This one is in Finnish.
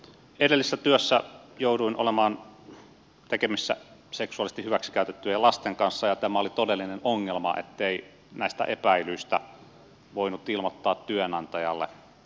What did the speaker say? edellisessä työssä jouduin olemaan tekemisissä seksuaalisesti hyväksikäytettyjen lasten kanssa ja tämä oli todellinen ongelma ettei näistä epäilyistä voinut ilmoittaa työnantajalle